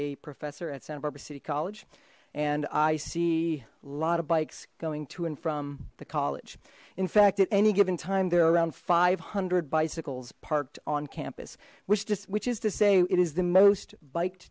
a professor at santa barbara city college and i see a lot of bikes going to and from the college in fact at any given time there are around five hundred bicycles parked on campus which this which is to say it is the most bike